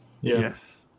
Yes